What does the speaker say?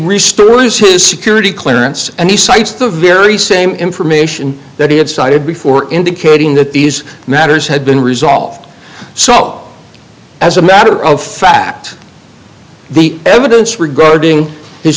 responds his security clearance and he cites the very same information that he had cited before indicating that these matters had been resolved so as a matter of fact the evidence regarding his